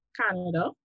Canada